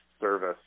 service